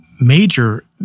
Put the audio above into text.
major